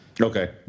Okay